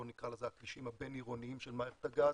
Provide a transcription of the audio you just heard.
הכבישים הבין-עירוניים של מערכת הגז,